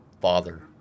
father